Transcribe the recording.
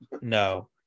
No